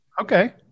Okay